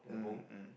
mm mm